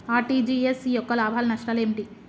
RTGS యొక్క లాభాలు నష్టాలు ఏమిటి?